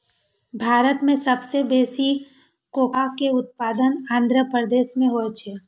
भारत मे सबसं बेसी कोकोआ के उत्पादन आंध्र प्रदेश मे होइ छै